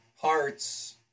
parts